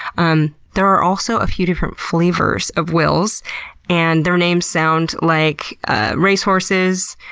um there are also a few different flavors of wills and their names sound like racehorses,